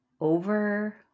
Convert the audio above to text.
over